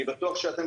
אני בטוח שאתם,